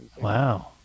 wow